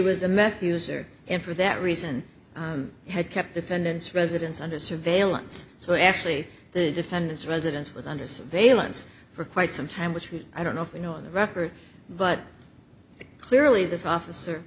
was a meth user and for that reason had kept defendants residence under surveillance so actually the defendant's residence was under surveillance for quite some time which i don't know if you know the record but clearly this officer